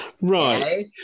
Right